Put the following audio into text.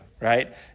right